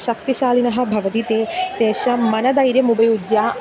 शक्तिशालिनः भवन्ति ते तेषां मनोधैर्यम् उपयुज्य